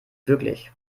wirklich